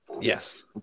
Yes